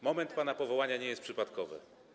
Moment pana powołania nie jest przypadkowy.